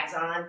on